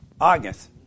August